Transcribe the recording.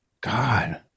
God